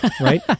right